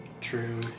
true